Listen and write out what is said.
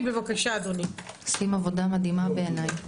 עושים עבודה מדהימה בעיניי.